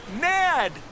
Ned